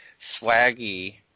swaggy